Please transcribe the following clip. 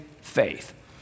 faith